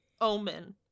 Omen